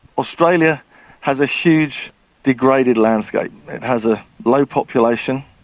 australia has a huge degraded landscape. it has a low population,